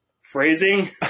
phrasing